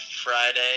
Friday